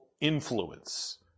influence